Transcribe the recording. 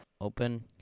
Open